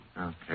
Okay